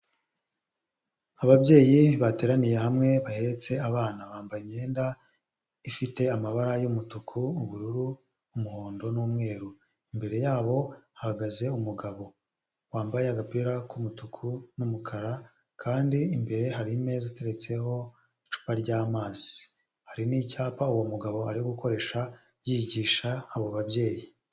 Ababyeyi bateraniye hamwe bahetse abana bambaye imyenda ifite amabara y'umutuku, ubururu, umuhondo n'umweru, imbere yabo hahagaze umugabo wambaye agapira k'umutuku n'umukara kandi imbere hari imeza iteretseho icupa ry'amazi, hari n'icyapa uwo mugabo ari gukoresha yigisha abo babyeyi.